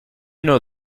know